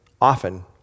often